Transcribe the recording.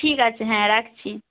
ঠিক আছে হ্যাঁ রাখছি